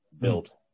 built